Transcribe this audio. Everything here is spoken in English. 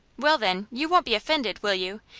well, then, you won't be offended, will you,